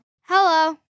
Hello